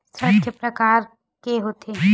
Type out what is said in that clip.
ऋण के प्रकार के होथे?